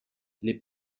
les